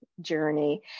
journey